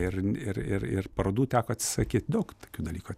ir ir ir ir parodų teko atsisakyt daug tokių dalykų